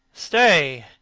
stay,